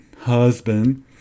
husband